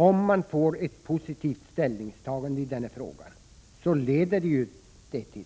Om man får ett positivt ställningstagande i den här frågan leder det ju till